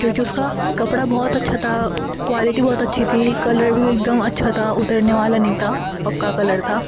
کیونکہ اس کا کپڑا بہت اچھا تھا کوالٹی بہت اچھی تھی کلر بھی ایک دم اچھا تھا اترنے والا نہیں تھا پکا کلر تھا